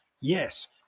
Yes